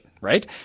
right